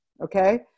Okay